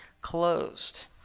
closed